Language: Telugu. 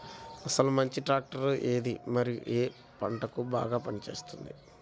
అసలు మంచి ట్రాక్టర్ ఏది మరియు అది ఏ ఏ పంటలకు బాగా పని చేస్తుంది?